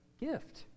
gift